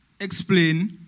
explain